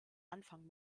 anfang